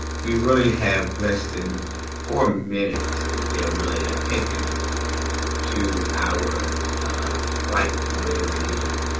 we really have less than four minutes that they are really attentive to our plight, whatever it is.